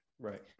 Right